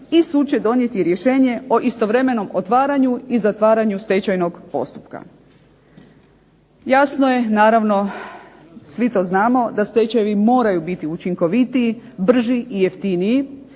i sud će donijeti rješenje o istovremenom otvaranju i zatvaranju stečajnog postupka. Jasno je naravno svi to znamo da stečajevi moraju biti učinkovitiji, brži i jeftiniji.